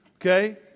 okay